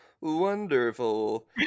wonderful